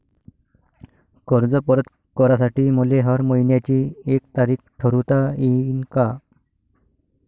कर्ज परत करासाठी मले हर मइन्याची एक तारीख ठरुता येईन का?